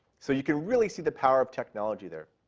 so you can really see the power of technology there.